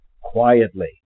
quietly